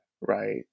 Right